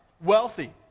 wealthy